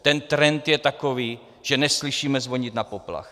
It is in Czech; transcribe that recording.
Ten trend je takový, že neslyšíme zvonit na poplach.